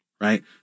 Right